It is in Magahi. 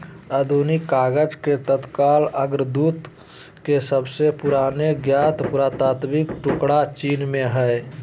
आधुनिक कागज के तत्काल अग्रदूत के सबसे पुराने ज्ञात पुरातात्विक टुकड़ा चीन में हइ